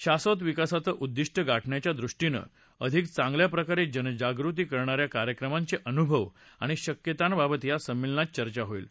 शांबत विकासाचं उद्दिष्ठ गाठण्याच्या दृष्टीनं अधिक चांगल्या प्रकारे जनजागृती करणा या कार्यक्रमांचे अनुभव आणि शक्यतांबाबत या संमेलनात चर्चा होईल